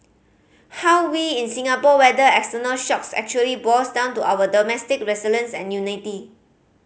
how we in Singapore weather external shocks actually boils down to our domestic resilience and unity